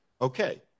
Okay